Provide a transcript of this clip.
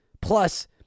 Plus